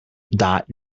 dot